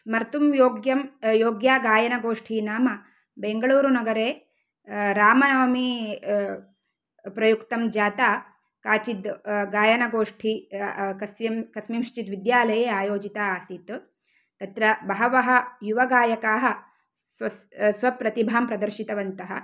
स्मर्तुं योग्यं योग्या गायनगोष्ठी नाम बेङ्गलूरुनगरे रामनवमी प्रयुक्तं जाता काचित् गायनगोष्ठी कस्मिन् कस्मिन्श्चित् विद्यालये आयोजिता आसीत् तत्र बहवः युवगायकाः स्व स्वप्रतिभां प्रदर्शितवन्तः